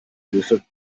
hilfe